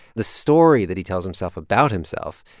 the story that he tells himself about himself,